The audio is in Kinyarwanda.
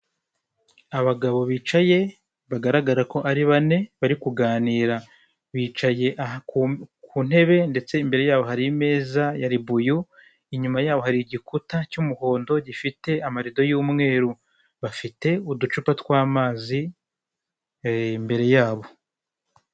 Abagabo bicaye bagaragara ko ari bane bari kuganira, bicaye ku ntebe ndetse imbere yabo hari ameza ya ribuyu. Inyuma yabo hari igikuta cy'umuhondo gifite amarido y'umweru. Bafite uducupa tw'amazi imbere yabo.